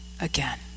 again